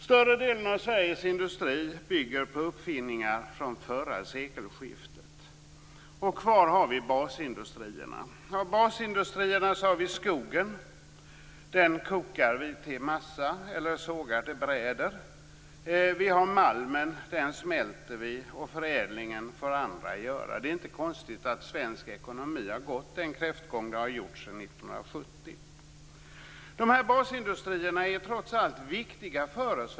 Större delen av Sveriges industri bygger på uppfinningar från förra sekelskiftet. Kvar har vi basindustrierna. Där har vi skogen. Den kokar vi till massa eller sågar till brädor. Vi har malmen. Den smälter vi. Förädlingen får andra göra. Det är inte konstigt att svensk ekonomi har gått kräftgång sedan 1970. Basindustrierna är trots allt viktiga för oss.